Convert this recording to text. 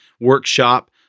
workshop